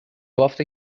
بافت